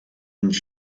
une